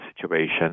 situation